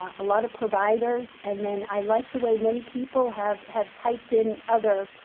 a lot of providers, and then i like the way many people have have typed in other